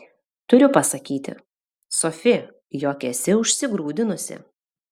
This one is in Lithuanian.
turiu pasakyti sofi jog esi užsigrūdinusi